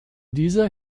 dieser